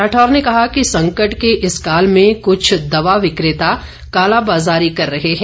राठौर ने कहा कि संकट के इस काल में कुछ दवा विक्रेता कालाबाज़ारी कर रहे हैं